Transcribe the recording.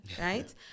right